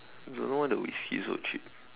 don't know why the whisky so cheap